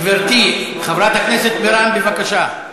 גברתי חברת הכנסת בירן, בבקשה.